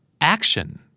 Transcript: Action